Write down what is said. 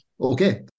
Okay